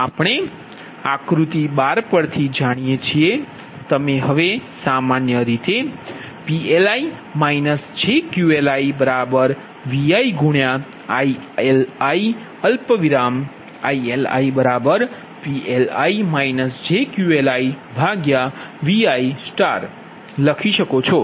તેથી આપણે આકૃતિ 12 પર થી જાણીએ છીએ તમે હવે સામાન્ય રીતે PLi jQLiViILi ILiPLi jQLiVi લખી શકો છો